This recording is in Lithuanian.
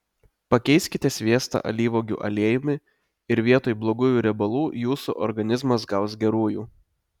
pakeiskite sviestą alyvuogių aliejumi ir vietoj blogųjų riebalų jūsų organizmas gaus gerųjų